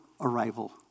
arrival